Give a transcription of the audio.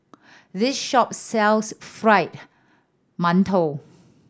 this shop sells Fried Mantou